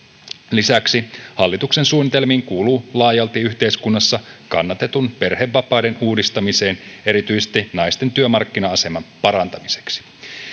lisäksi hallituksen suunnitelmiin kuuluu laajalti yhteiskunnassa kannatettu perhevapaiden uudistaminen erityisesti naisten työmarkkina aseman parantamiseksi